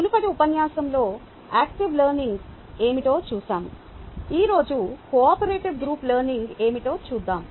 మునుపటి ఉపన్యాసంలో active learning ఏమిటో చూశాము ఈ రోజు కోఆపరేటివ్ గ్రూప్ లెర్నింగ్ ఏమిటో చూద్దాం